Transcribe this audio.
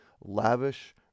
lavish